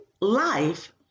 life